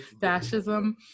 Fascism